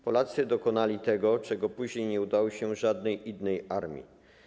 Polacy dokonali tego, czego później nie udało się żadnej innej armii.